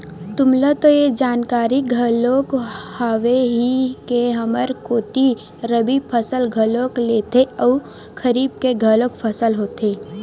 तुमला तो ये जानकारी घलोक हावे ही के हमर कोती रबि फसल घलोक लेथे अउ खरीफ के घलोक फसल होथे